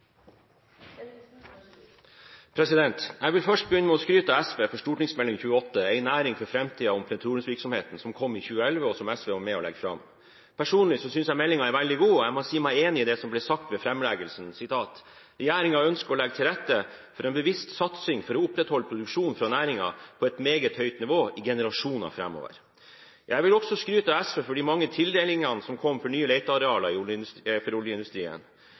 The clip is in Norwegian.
replikkordskifte. Jeg vil først begynne med å skryte av SV for Meld. St. 28 for 2010–2011 En næring for framtida – om petroleumsvirksomheten, som kom i 2011, og som SV var med på å legge fram. Personlig synes jeg meldingen er veldig god, og jeg må si meg enig i det som ble sagt ved framleggelsen: «Regjeringen ønsker å legge til rette for en bevisst satsning for å opprettholde produksjonen fra næringen på et meget høyt nivå i generasjoner framover.» Jeg vil også skryte av SV for de mange tildelingene av nye letearealer for oljeindustrien som kom.